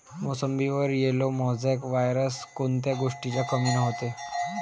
मोसंबीवर yellow mosaic virus कोन्या गोष्टीच्या कमीनं होते?